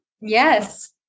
Yes